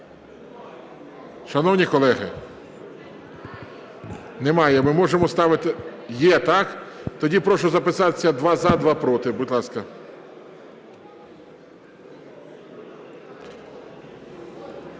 Шановні колеги, немає, ми можемо ставити... Є, так? Тоді прошу записатися: два – за, два – проти. Будь ласка.